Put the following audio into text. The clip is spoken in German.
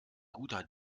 guter